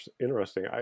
interesting